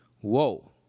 whoa